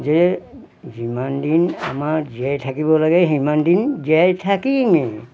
যে যিমান দিন আমাৰ জীয়াই থাকিব লাগে সিমান দিন জীয়াই থাকিমে